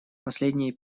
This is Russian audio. последние